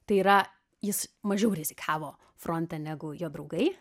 tai yra jis mažiau rizikavo fronte negu jo draugai